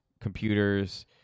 computers